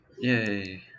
Yay